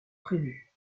prévues